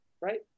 right